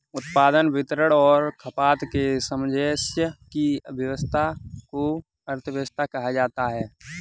उत्पादन, वितरण और खपत के सामंजस्य की व्यस्वस्था को अर्थव्यवस्था कहा जाता है